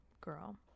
girl